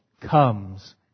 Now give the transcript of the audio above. comes